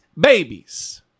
babies